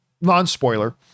non-spoiler